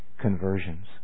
conversions